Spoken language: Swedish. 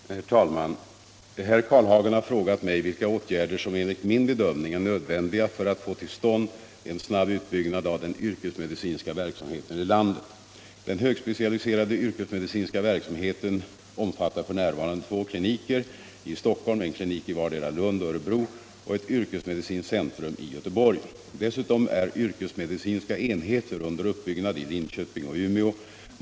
Herr talman! Herr Karlehagen har frågat mig vilka åtgärder som enligt min bedömning är nödvändiga för att få till stånd en snabb utbyggnad av den yrkesmedicinska verksamheten i landet. Den högspecialiserade yrkesmedicinska verksamheten omfattar f.n. två kliniker i Stockholm, en klinik i vardera Lund och Örebro och ett yrkesmedicinskt centrum i Göteborg. Dessutom är yrkesmedicinska enheter under uppbyggnad i Linköping och Umeå.